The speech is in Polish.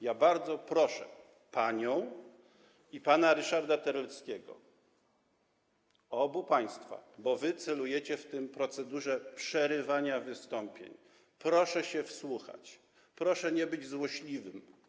Ja bardzo proszę panią i pana Ryszarda Terleckiego, obu państwa, bo wy celujecie w tej procedurze przerywania wystąpień: proszę się wsłuchać, proszę nie być złośliwym.